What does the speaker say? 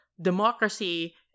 democracy